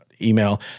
email